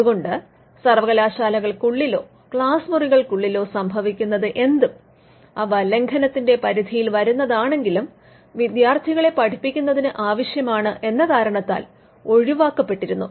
അതുകൊണ്ടു സർവകലാശാലകൾക്കുള്ളിലോ ക്ലാസ്സ്മുറികൾക്കുളളിലോ സംഭവിക്കുന്നത് എന്തും അവ ലംഘനത്തിന്റെ പരിധിയിൽ വരുന്നതാണെങ്കിലും വിദ്യാർത്ഥികളെ പഠിപ്പിക്കുന്നതിന് ആവശ്യമാണ് എന്ന കാരണത്താൽ ഒഴിവാക്കപ്പെട്ടിരുന്നു